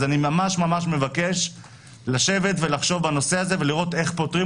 אני ממש ממש מבקש לשבת ולחשוב בנושא הזה ולראות איך פותרים